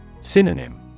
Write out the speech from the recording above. Synonym